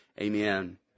Amen